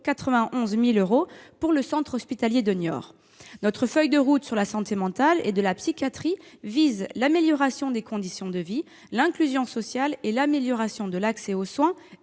91 000 euros pour le centre hospitalier de Niort. Notre feuille de route sur la santé mentale et la psychiatrie vise l'amélioration des conditions de vie, l'inclusion sociale et l'amélioration de l'accès aux soins